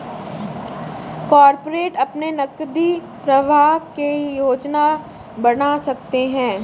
corporate अपने नकदी प्रवाह की योजना बना सकते हैं